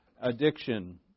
addiction